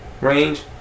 range